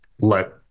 let